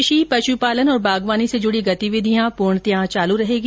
कृषि पश्पालन और बागवानी से जुड़ी गतिविधियां पूर्णतयाः चालू रहेगी